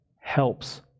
helps